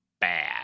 bad